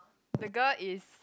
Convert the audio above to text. the girl is